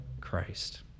Christ